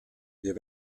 wir